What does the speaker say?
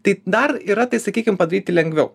tai dar yra tai sakykim padaryti lengviau